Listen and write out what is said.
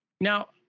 now